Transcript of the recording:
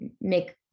make